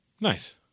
Nice